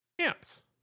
Amps